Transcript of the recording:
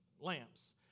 lamps